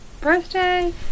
Birthday